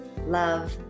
love